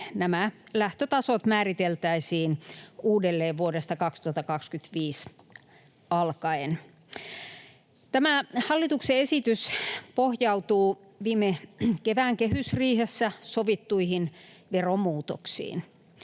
nämä lähtötasot määriteltäisiin uudelleen vuodesta 2025 alkaen. Tämä hallituksen esitys pohjautuu viime kevään kehysriihessä sovittuihin veromuutoksiin.